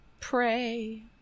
pray